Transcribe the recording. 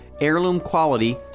heirloom-quality